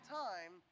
time